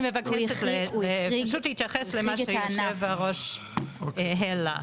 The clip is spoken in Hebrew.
אני מבקשת פשוט להתייחס למה שיושב הראש העלה.